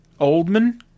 Oldman